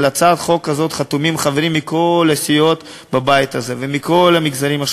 על הצעת החוק הזאת חתומים חברים מכל הסיעות בבית הזה ומכל המגזרים.